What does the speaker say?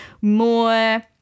more